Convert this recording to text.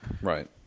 Right